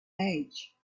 age